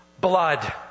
blood